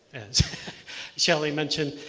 as shelly mentioned,